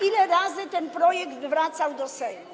Ile razy ten projekt wracał do Sejmu?